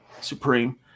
Supreme